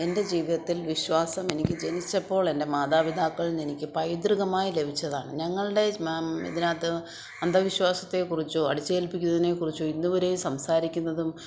എൻ്റെ ജീവിതത്തിൽ വിശ്വാസം എനിക്ക് ജനിച്ചപ്പോൾ എൻ്റെ മാതാപിതാക്കളിൽന്ന് എനിക്ക് പൈതൃകമായി ലഭിച്ചതാണ് ഞങ്ങളുടെ ഇതിനകത്ത് അന്ധവിശ്വാസത്തെക്കുറിച്ചോ അടിച്ചേൽപ്പിക്കുന്നതിനെക്കുറിച്ചോ ഇതുവരെയും സംസാരിക്കുന്നതും